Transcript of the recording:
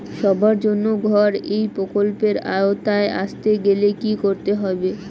সবার জন্য ঘর এই প্রকল্পের আওতায় আসতে গেলে কি করতে হবে?